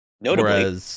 Notably